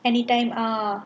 anytime ah